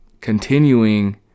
continuing